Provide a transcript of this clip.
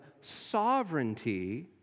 sovereignty